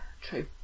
True